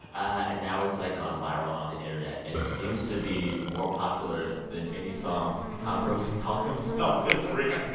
and now it's, like, gone viral on the internet. and it seems to be more popular than any song tom rosenthal himself has written